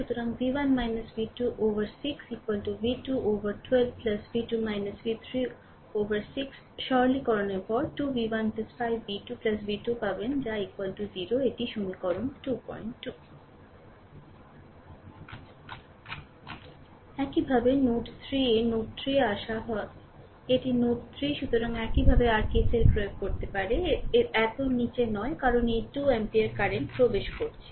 সুতরাং v1 v2 উপর 6 v2 উপর 12 v2 v3 উপর 6 সরলকরণের পরে 2 v 1 5 v 2 v 2 পাবেন যা 0 এটি সমীকরণ 2 2 একইভাবে নোড 3 এ নোড 3 এ আসা হয় এটি নোড 3 সুতরাং একইভাবে r KCL প্রয়োগ করতে পারে এত নীচে নয় কারণ এই 2 অ্যাম্পিয়ার কারেন্ট প্রবেশ করছে